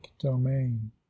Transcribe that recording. domain